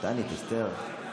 תענית אסתר.